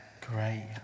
Great